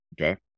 Okay